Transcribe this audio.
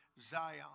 Zion